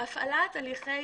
ביצוע הליכי